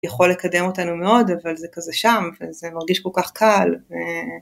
יכול לקדם אותנו מאוד אבל זה כזה שם וזה מרגיש כל כך קל.